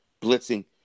blitzing